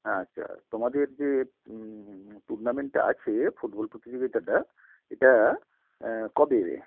হ্যাঁ আচ্ছা তোমাদের যে টুর্নামেন্টটা আছে ফুটবল প্রতিযোগিতাটা এটা কবে